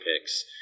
picks